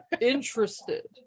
interested